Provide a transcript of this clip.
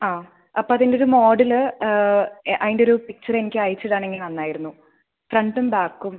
ആ അപ്പോൾ അതിൻറെ ഒരു മോഡൽ അതിൻറെ ഒരു പിക്ച്ചർ എനിക്ക് അയച്ചിടുകയാണെങ്കിൽ നന്നായിരുന്നു ഫ്രണ്ടും ബാക്കും